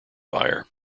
buyer